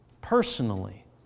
personally